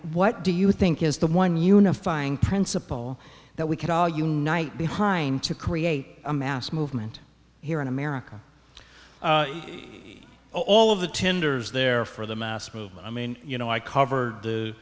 what do you think is the one unifying principle that we can all unite behind to create a mass movement here in america all of the tenders there for the mass movement i mean you know i cover